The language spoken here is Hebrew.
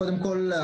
קודם כל,